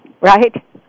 right